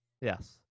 yes